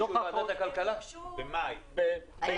כל פעם הם הוגשו באיחור.